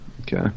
Okay